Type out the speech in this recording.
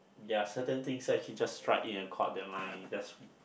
there are certain things that she just strike in a chord that my